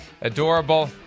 adorable